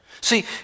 See